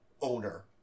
owner